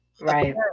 Right